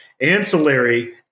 ancillary